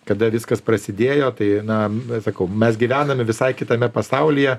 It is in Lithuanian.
kada viskas prasidėjo tai na sakau mes gyvename visai kitame pasaulyje